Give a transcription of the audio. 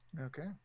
Okay